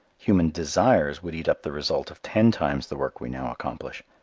human desires would eat up the result of ten times the work we now accomplish.